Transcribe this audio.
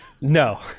no